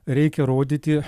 reikia rodyti